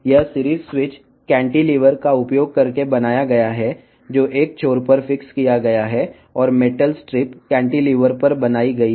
ఈ series switch cantilever ఉపయోగించి తయారు చేయబడింది ఇది ఒక చివర స్థిరంగా ఉంటుంది మరియు కాంటిలివర్ వద్ద మెటల్ స్ట్రిప్ తయారు చేయబడుతుంది